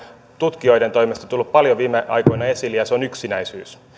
tutkijoiden toimesta tullut paljon viime aikoina esille ja se on yksinäisyys